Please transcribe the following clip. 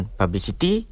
publicity